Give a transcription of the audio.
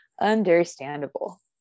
Understandable